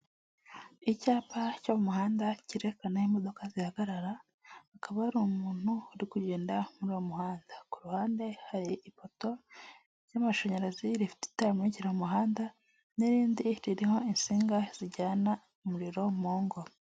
Icyapa cyo mu muhanda cyerekana imodoka zihagarara, hakaba hari umuntu uri kugenda muri uwo muhanda, ku ruhande hari ipoto z'amashanyarazi rifite itara rimurika mu muhanda n'irindi ririho insinga zijyana umuriro mu ngo.